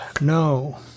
no